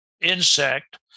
insect